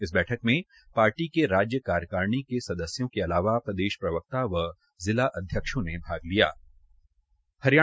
इस बैठक में पार्टी के राज्य कार्यकारिणी के सदस्यों के अलावा प्रदेश प्रवक्ता व जिला अध्यक्षों ने भाग लिया